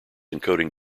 encoding